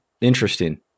Interesting